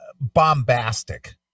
bombastic